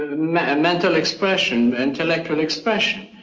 ah and mental expression, intellectual expression.